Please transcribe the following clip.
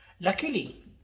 Luckily